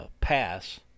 pass